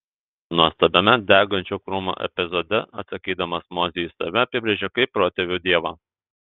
nuostabiame degančio krūmo epizode atsakydamas mozei jis save apibrėžia kaip protėvių dievą